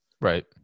right